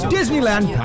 Disneyland